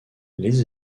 les